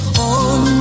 on